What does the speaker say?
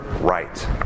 right